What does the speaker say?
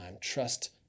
Trust